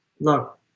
look